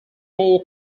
four